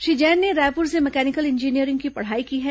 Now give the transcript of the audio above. श्री जैन ने रायपुर से mechanical engineering की पढ़ाई की है